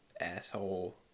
asshole